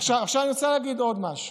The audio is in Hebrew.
אני רוצה להגיד עוד משהו: